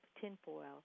tinfoil